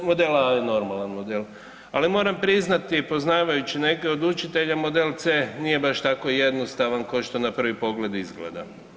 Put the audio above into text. I model A je normalan model, ali moram priznati poznavajući neke od učitelja model C nije baš tako jednostavan kao što na prvi pogled izgleda.